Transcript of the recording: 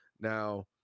now